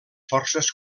forces